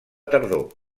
tardor